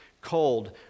cold